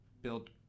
build